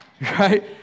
Right